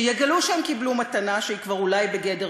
שיגלו שהם קיבלו מתנה שהיא כבר אולי בגדר